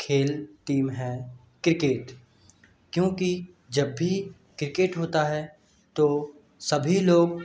खेल टीम है क्रिकेट क्योंकि जब भी क्रिकेट होता है तो सभी लोग